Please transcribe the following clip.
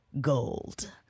Gold